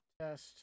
test